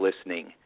listening